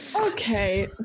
Okay